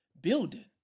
building